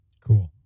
Cool